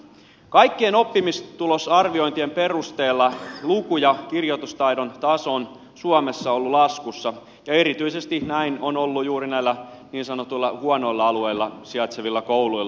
kaikkien oppimistulosarviointien perusteella luku ja kirjoitustaidon taso on suomessa ollut laskussa ja erityisesti näin on ollut juuri näillä niin sanotuilla huonoilla alueilla sijaitsevilla kouluilla